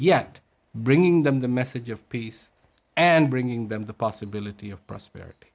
yet bringing them the message of peace and bringing them the possibility of prosperity